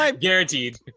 guaranteed